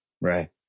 Right